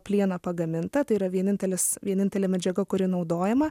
plieno pagaminta tai yra vienintelis vienintelė medžiaga kuri naudojama